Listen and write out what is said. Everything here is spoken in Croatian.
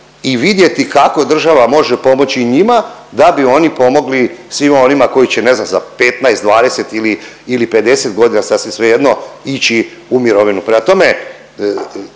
i vidjeti kako država može pomoći njima da bi oni pomogli svima onima koji će ne znam za 15, 20 ili 50 godina sasvim svejedno ići u mirovinu. Prema tome,